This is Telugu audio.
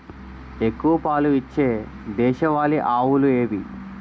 ఎక్కువ పాలు ఇచ్చే దేశవాళీ ఆవులు ఏవి?